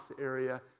area